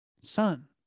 Son